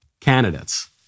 candidates